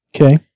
Okay